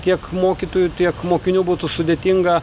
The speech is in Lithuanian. tiek mokytojų tiek mokinių būtų sudėtinga